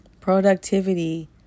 Productivity